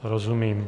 Rozumím.